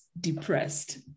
depressed